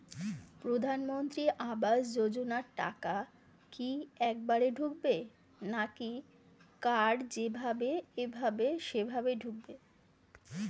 প্রধানমন্ত্রী আবাস যোজনার টাকা কি একবারে ঢুকবে নাকি কার যেভাবে এভাবে সেভাবে ঢুকবে?